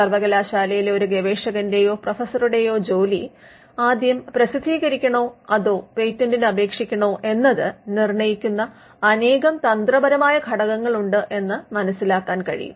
സർവകലാശാലയിലെ ഒരു ഗവേഷകന്റെയോ പ്രൊഫസറുടെയോ ജോലി ആദ്യം പ്രസിദ്ധീകരിക്കണോ അതോ പേറ്റന്റിനപേക്ഷിക്കണോ എന്നത് നിർണയിക്കുന്ന അനേകം തന്ത്രപരമായ ഘടകങ്ങളുണ്ട് എന്ന് മനസിലാക്കാൻ കഴിയും